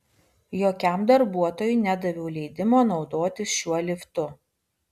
jokiam darbuotojui nedaviau leidimo naudotis šiuo liftu